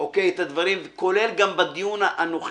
את הדברים, כולל גם בדיון הנוכחי,